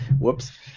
Whoops